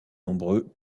nombreux